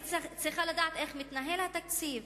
אני צריכה לדעת איך מתנהל התקציב.